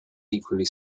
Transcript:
equally